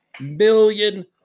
million